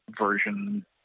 version